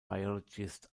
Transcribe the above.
biologist